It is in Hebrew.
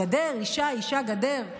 גדר, אישה, אישה, גדר,